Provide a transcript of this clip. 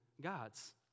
gods